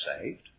saved